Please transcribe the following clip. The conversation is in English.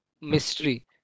mystery